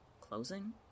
closing